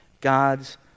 God's